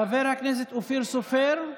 חבר הכנסת אופיר סופר,